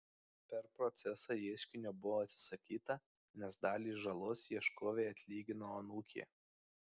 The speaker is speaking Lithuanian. per procesą ieškinio buvo atsisakyta nes dalį žalos ieškovei atlygino anūkė